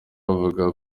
buvuga